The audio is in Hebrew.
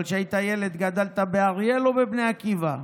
אבל כשהיית ילד גדלת באריאל או בבני עקיבא?